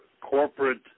corporate